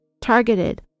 targeted